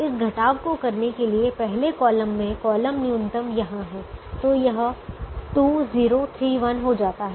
इस घटाव को करने के लिए पहले कॉलम में कॉलम न्यूनतम यहां है तो यह 2 0 3 1 हो जाता है